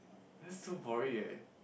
that's so borry eh